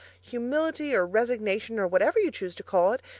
humility or resignation or whatever you choose to call it,